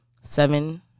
seven